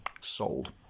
Sold